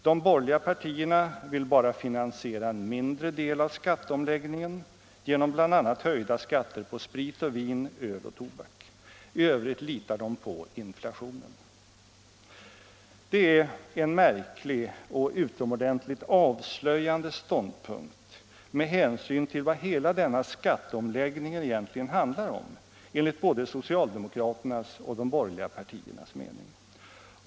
'De borgerliga partierna vill bara finansiera en mindre del av skatteomläggningen genom bl.a. höjda skatter på sprit och vin, öl och tobak. I övrigt litar de på inflationen. Det är en märklig och utomordentligt avslöjande ståndpunkt med hänsyn till vad hela denna skatteomläggning egentligen handlar om enligt både socialdemokraternas och de borgerliga partiernas mening.